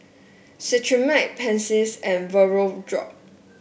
Cetrimide Pansy and Vapodrops